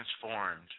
transformed